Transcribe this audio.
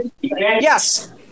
Yes